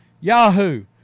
Yahoo